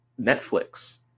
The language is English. Netflix